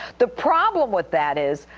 the problem with that is,